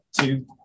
two